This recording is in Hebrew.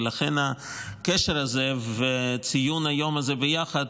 ולכן הקשר הזה, וציון היום הזה ביחד,